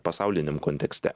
pasauliniam kontekste